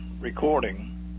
recording